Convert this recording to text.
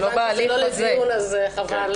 זה לא בדיון הזה.